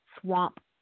swamp